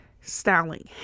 styling